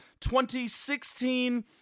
2016